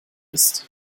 ist